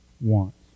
wants